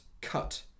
cut